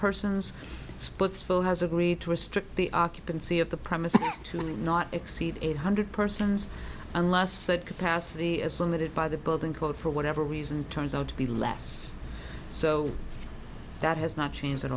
persons splitsville has agreed to restrict the occupancy of the premises to not exceed eight hundred persons unless said capacity as limited by the building code for whatever reason turns out to be less so that has not changed